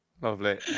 Lovely